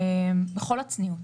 בכל הצניעות,